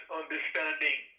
understanding